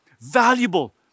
valuable